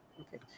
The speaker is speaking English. Okay